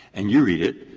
and you read it,